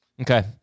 Okay